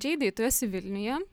džeidai tu esi vilniuje